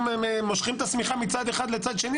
מושכים את השמיכה מצד אחד לצד שני.